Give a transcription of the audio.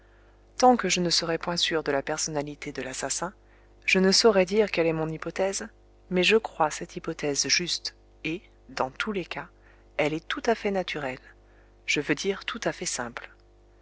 tant que je ne serai point sûr de la personnalité de l'assassin je ne saurais dire quelle est mon hypothèse mais je crois cette hypothèse juste et dans tous les cas elle est tout à fait naturelle je veux dire tout à fait simple